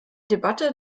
debatte